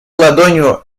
ладонью